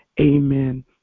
amen